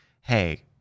hey